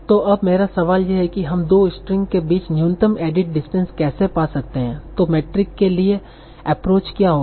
तो अब मेरा सवाल यह है कि हम दो स्ट्रिंग के बीच न्यूनतम एडिट डिस्टेंस कैसे पा सकते हैं तो मेट्रिक के लिए एप्रोच क्या होगा